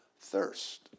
thirst